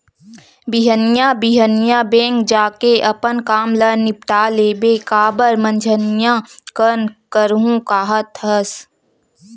बिहनिया बिहनिया बेंक जाके अपन काम ल निपाट लेबे काबर मंझनिया कन करहूँ काहत हस